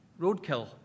roadkill